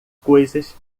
coisas